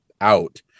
out